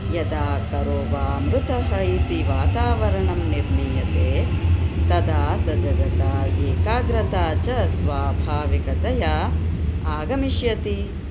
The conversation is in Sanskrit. यदा करो वा मृतः इति वा वातावरणं निर्मीयते तदा स जगता एकाग्रता च स्वाभाविकतया आगमिष्यति